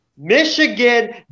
Michigan